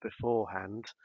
beforehand